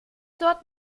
dort